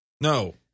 No